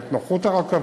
ואת נוחות הרכבות,